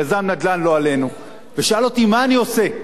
יזם נדל"ן לא עלינו, ושאל אותי, מה אני עושה,